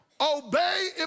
Obey